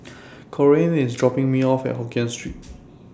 Corene IS dropping Me off At Hokien Street